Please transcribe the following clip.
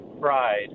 pride